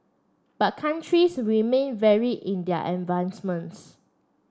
but countries remain vary in their advancements